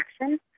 action